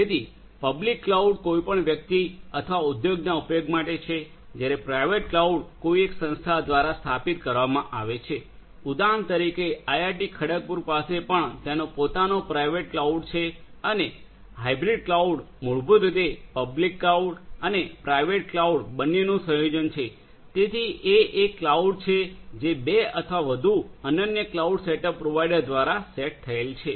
તેથી public cloud કોઈપણ વ્યક્તિ અથવા ઉદ્યોગના ઉપયોગ માટે છે જ્યારે પ્રાઇવેટ ક્લાઉડ કોઈ એક સંસ્થા દ્વારા સ્થાપિત કરવામાં આવે છે ઉદાહરણ તરીકે આઈઆઈટી ખડગપુર પાસે પણ તેનો પોતાનો પ્રાઇવેટ ક્લાઉડ છે અને હાઈબ્રીડ ક્લાઉડ મૂળભૂત રીતે પબ્લિક ક્લાઉડઅને પ્રાઇવેટ ક્લાઉડ બંનેનું સંયોજન છે તેથી એ એક ક્લાઉડ છે જે બે અથવા વધુ અનન્ય ક્લાઉડ સેટઅપ પ્રોવાઇડર દ્વારા સેટ થયેલ છે